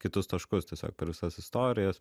kitus taškus tiesiog per visas istorijas